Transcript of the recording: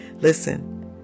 listen